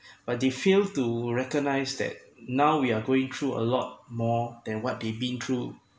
but they failed to recognize that now we are going through a lot more than what they've been through